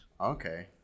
Okay